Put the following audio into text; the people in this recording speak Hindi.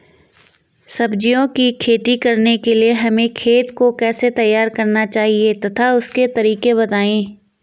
सब्जियों की खेती करने के लिए हमें खेत को कैसे तैयार करना चाहिए तथा उसके तरीके बताएं?